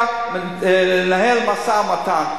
תפקידו, יש כרגע לנהל משא-ומתן.